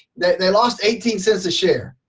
they they lost eighteen cents a share,